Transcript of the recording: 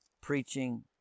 preaching